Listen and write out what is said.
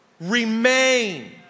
remain